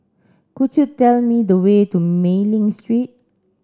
could you tell me the way to Mei Ling Street